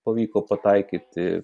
pavyko pataikyti